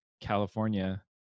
California